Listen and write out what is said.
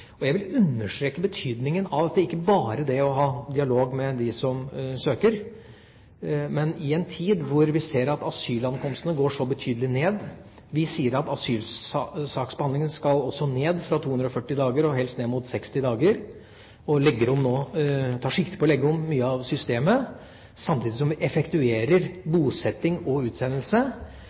Jeg vil understreke betydningen av at det ikke bare er det å ha dialog med dem som søker. I en tid da vi ser at antall asylankomster går så betydelig ned – vi sier at asylsaksbehandlingen også skal ned, fra 240 dager og helst ned mot 60 dager, og tar sikte på å legge om mye av systemet, samtidig som vi effektuerer bosetting og utsendelse